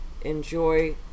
enjoy